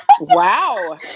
Wow